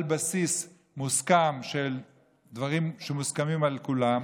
על בסיס מוסכם של דברים שמוסכמים על כולם,